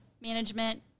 management